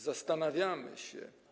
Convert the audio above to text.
Zastanawiamy się.